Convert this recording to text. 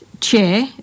chair